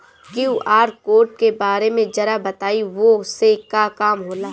QR code के बारे में जरा बताई वो से का काम होला?